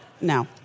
No